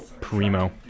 Primo